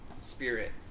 spirit